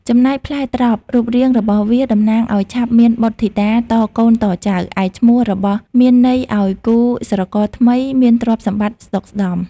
ចំណែកផ្លែត្រប់ រូបរាងរបស់វាតំណាងឲ្យឆាប់មានបុត្រធីតាតកូនតចៅ ឯឈ្មោះរបស់មានន័យឲ្យគូស្រករថ្មីមានទ្រព្យសម្បត្តិស្ដុកស្ដម្ភ។